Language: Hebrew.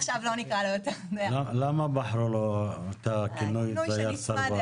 למה נבחר לו הכינוי הזה?